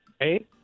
Hey